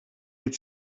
had